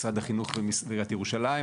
משרד החינוך ועיריית ירושלים,